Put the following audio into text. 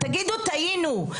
תגידו: "טעינו".